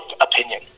opinion